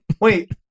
wait